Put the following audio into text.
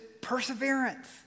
perseverance